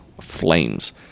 flames